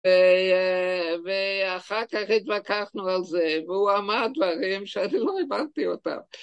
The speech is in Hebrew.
ואחר כך התווכחנו על זה, והוא אמר דברים שאני לא הבנתי אותם.